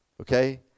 okay